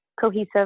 cohesive